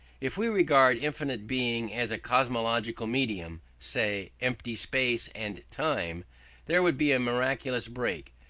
if we regarded infinite being as a cosmological medium say, empty space and time there would be a miraculous break,